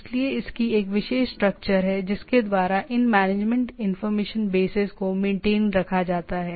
इसलिए इसकी एक विशेष स्ट्रक्चर है जिसके द्वारा इन मैनेजमेंट इनफार्मेशन बेसेस को मेंटेन रखा जाता है